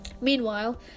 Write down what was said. Meanwhile